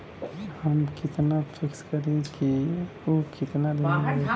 हम कितना फिक्स करी और ऊ कितना दिन में बड़ी?